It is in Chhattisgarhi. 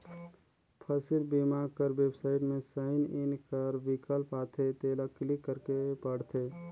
फसिल बीमा कर बेबसाइट में साइन इन कर बिकल्प आथे तेला क्लिक करेक परथे